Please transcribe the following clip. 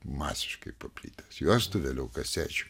masiškai paplitęs juostų vėliau kasečių